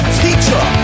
teacher